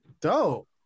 Dope